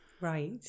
Right